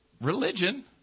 religion